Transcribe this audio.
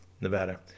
Nevada